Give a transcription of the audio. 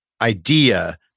idea